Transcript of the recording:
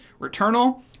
Returnal